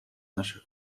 наших